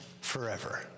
forever